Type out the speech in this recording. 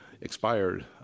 expired